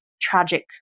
tragic